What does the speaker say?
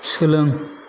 सोलों